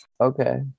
okay